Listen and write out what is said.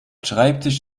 schreibtisch